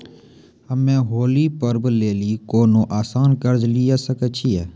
हम्मय होली पर्व लेली कोनो आसान कर्ज लिये सकय छियै?